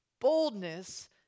Boldness